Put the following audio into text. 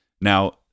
Now